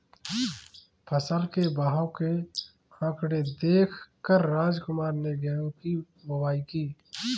फसल के भाव के आंकड़े देख कर रामकुमार ने गेहूं की बुवाई की